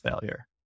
failure